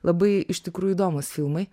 labai iš tikrųjų įdomūs filmai